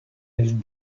his